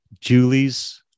Julie's